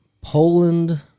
Poland